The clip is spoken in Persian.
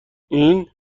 این